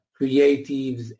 creatives